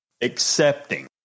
accepting